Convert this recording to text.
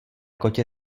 kotě